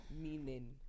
meaning